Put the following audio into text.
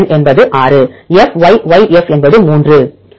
NN என்பது 6 FY Y F என்பது 3 3